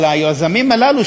על היזמים הללו,